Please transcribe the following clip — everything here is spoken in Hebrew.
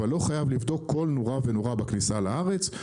אבל לא חייב לבדוק כל נורה ונורה בכניסה לארץ,